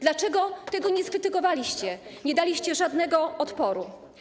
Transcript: Dlaczego tego nie skrytykowaliście, nie daliście żadnego odporu?